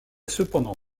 cependant